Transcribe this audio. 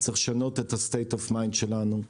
צריך לשנות את אופן החשיבה שלנו.